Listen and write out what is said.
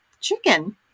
chicken